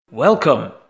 Welcome